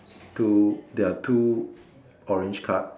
two there are two orange card